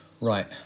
Right